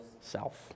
self